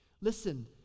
Listen